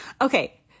Okay